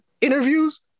interviews